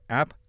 app